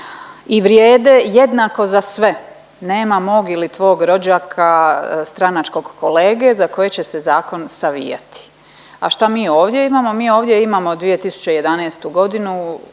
i vrijede jednako za sve, nema mog ili tvog rođaka, stranačkog kolege za koje će se zakon savijati. A šta mi ovdje imamo? Mi ovdje imamo 2011. godinu